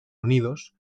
unidos